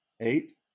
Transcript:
eight